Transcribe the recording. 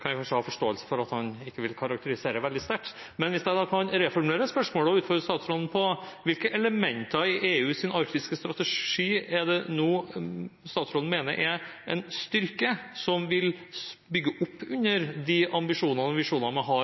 Jeg kan ha forståelse for at han ikke vil karakterisere det veldig sterkt, men jeg kan reformulere spørsmålet og utfordre statsråden på hvilke elementer i EUs arktiske strategi statsråden mener er en styrke, som vil bygge opp under de ambisjonene og visjonene man har